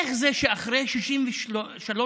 איך זה שאחרי 63 שנים